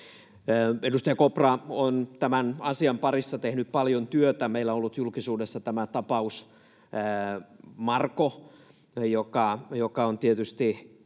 Edustaja Kopra on tämän asian parissa tehnyt paljon työtä. Meillä on ollut julkisuudessa tämä tapaus Marko, joka on tietysti